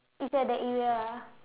it's at that area ah